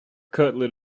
cutlet